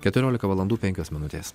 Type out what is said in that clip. keturiolika valandų penkios minutės